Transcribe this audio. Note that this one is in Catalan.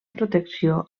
protecció